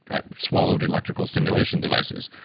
i've swallowed electrical stimulation devices.